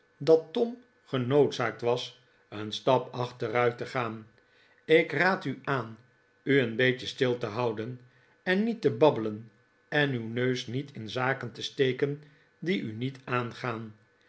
dat tom genoodzaakt was een stap achteruit te gaan ik raad u aan u een beetje stil te houden en niet te babbelen en uw neus niet in zaken te steken die u niet aangaan